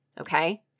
okay